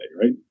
right